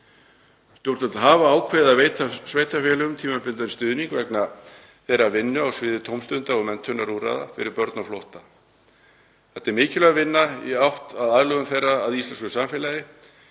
Stjórnvöld hafa ákveðið að veita sveitarfélögum tímabundinn stuðning vegna þeirrar vinnu á sviði tómstunda og menntunarúrræða fyrir börn á flótta. Þetta er mikilvæg vinna í átt að aðlögun þeirra að íslensku samfélagi